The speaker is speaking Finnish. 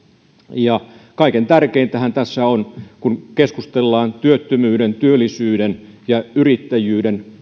kaikkein tärkeintähän on kun keskustellaan työttömyyden työllisyyden ja yrittäjyyden